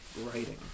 writing